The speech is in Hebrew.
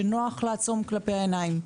שנוח לעצום כלפיה עיניים.